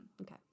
okay